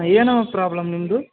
ಏನಮ್ಮ ಪ್ರಾಬ್ಲಮ್ ನಿಮ್ದು